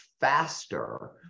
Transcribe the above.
faster